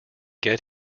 get